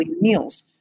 meals